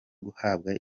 guhabwa